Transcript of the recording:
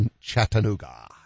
Chattanooga